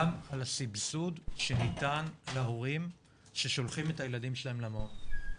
על הסבסוד שניתן להורים ששולחים את הילדים שלהם למעון.